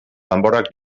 danborrak